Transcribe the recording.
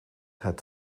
het